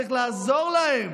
צריך לעזור להם,